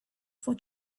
for